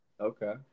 Okay